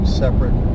separate